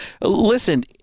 Listen